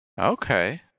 Okay